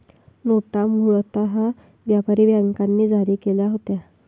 नोटा मूळतः व्यापारी बँकांनी जारी केल्या होत्या